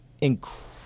incredible